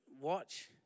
watch